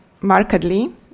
markedly